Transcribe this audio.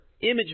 image